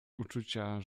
uczucia